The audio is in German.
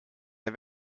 der